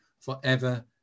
forever